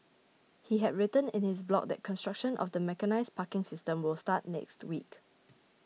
he had written in his blog that construction of the mechanised parking system will start next week